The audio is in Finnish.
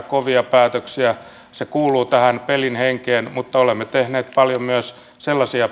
kovia päätöksiä se kuuluu tähän pelin henkeen mutta olemme tehneet paljon myös sellaisia